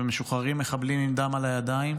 ומשוחררים מחבלים עם דם על הידיים,